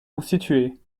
constitué